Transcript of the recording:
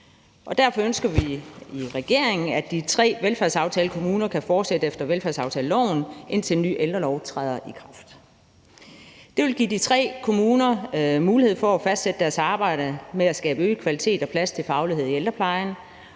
Derfor ønsker vi i regeringen, at de tre velfærdsaftalekommuner kan fortsætte efter velfærdsaftaleloven, indtil en ny ældrelov træder i kraft. Det vil give de tre kommuner mulighed for at fortsætte deres arbejde med at skabe øget kvalitet og plads til faglighed i ældreplejen,